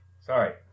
sorry